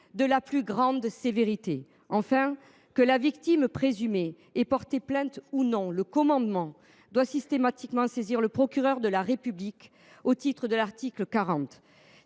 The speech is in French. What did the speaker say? de la plus grande sévérité. Troisièmement, que la victime présumée ait porté plainte ou non, le commandement doit systématiquement saisir le procureur de la République au titre de l’article 40